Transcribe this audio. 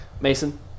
Mason